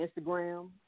Instagram